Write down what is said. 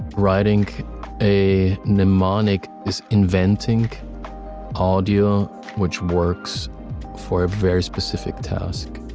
writing a mnemonic is inventing audio which works for a very specific task